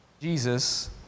Jesus